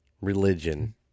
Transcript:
religion